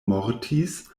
mortis